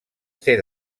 ser